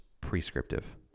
prescriptive